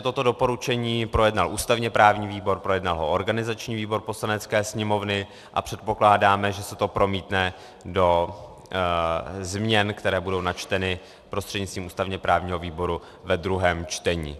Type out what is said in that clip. Toto doporučení projednal ústavněprávní výbor, projednal ho organizační výbor Poslanecké sněmovny a předpokládáme, že se to promítne do změn, které budou načteny prostřednictvím ústavněprávního výboru ve druhém čtení.